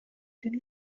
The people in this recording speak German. den